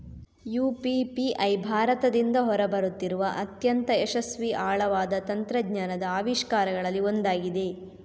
UPI ಭಾರತದಿಂದ ಹೊರ ಬರುತ್ತಿರುವ ಅತ್ಯಂತ ಯಶಸ್ವಿ ಆಳವಾದ ತಂತ್ರಜ್ಞಾನದ ಆವಿಷ್ಕಾರಗಳಲ್ಲಿ ಒಂದಾಗಿದೆ